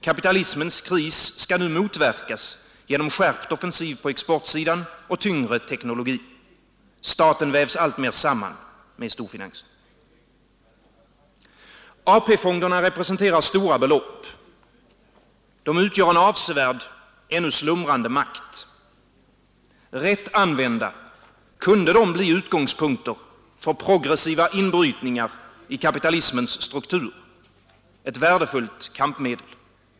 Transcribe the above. Kapitalismens kris skall nu motverkas genom skärpt offensiv på exportsidan och tyngre teknologi. Staten vävs alltmer samman med storfinansen. 47 AP-fonderna representerar stora belopp. De utgör en avsevärd ännu slumrande makt. Rätt använda kunde de bli utgångspunkter för progressiva inbrytningar i kapitalismens struktur, ett värdefullt kampmedel.